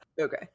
Okay